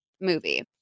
movie